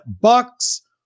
Bucks